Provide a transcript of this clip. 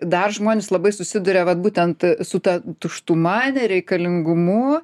dar žmonės labai susiduria vat būtent su ta tuštuma nereikalingumu